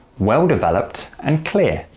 well-developed and clear.